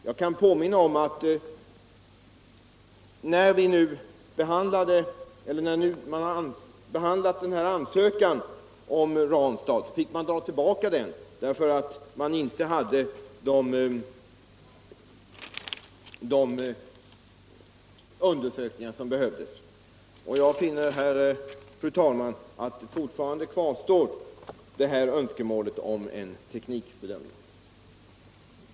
Jag kan påminna om att ansökan om utbyggnaden av Ranstad måste tas tillbaka därför att man inte hade gjort de undersökningar som behövdes. Jag finner, fru talman, att önskemålet om teknikbedömning fortfarande kvarstår.